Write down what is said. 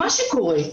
מה שקורה,